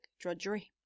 drudgery